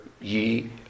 ye